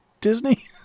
Disney